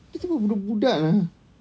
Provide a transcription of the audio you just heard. tapi tu budak-budak lah